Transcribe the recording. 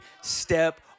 step